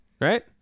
right